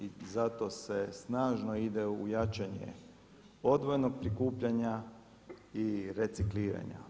I zato se snažno ide u jačanje odvojenog prikupljanja i recikliranja.